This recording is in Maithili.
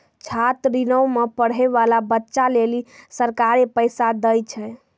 छात्र ऋणो मे पढ़ै बाला बच्चा लेली सरकारें पैसा दै छै